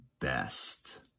best